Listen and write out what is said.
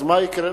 אז מה יקרה,